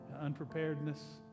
unpreparedness